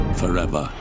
forever